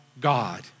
God